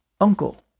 uncle